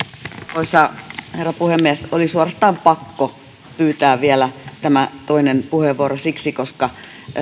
arvoisa herra puhemies oli suorastaan pakko pyytää vielä tämä toinen puheenvuoro siksi koska